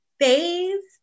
phase